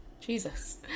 jesus